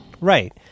Right